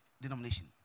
denomination